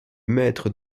maître